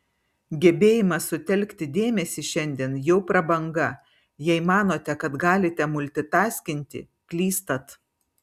gebėjimas sutelkti dėmesį šiandien jau prabanga jei manote kad galite multitaskinti klystat